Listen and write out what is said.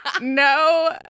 No